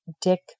dick